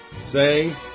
say